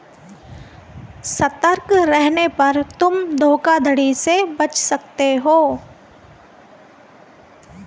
सतर्क रहने पर तुम धोखाधड़ी से बच सकते हो